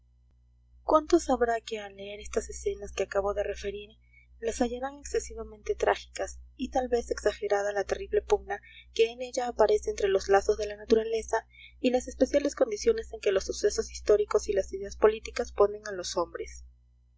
cuántos habrá que al leer estas escenas que acabo de referir las hallarán excesivamente trágicas y tal vez exagerada la terrible pugna que en ella aparece entre los lazos de la naturaleza y las especiales condiciones en que los sucesos históricos y las ideas políticas ponen a los hombres